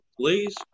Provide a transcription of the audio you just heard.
please